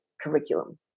curriculum